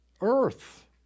Earth